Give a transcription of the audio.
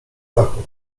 dachu